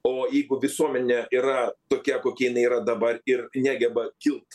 o jeigu visuomenė yra tokia kokia jinai yra dabar ir negeba kilt